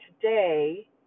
today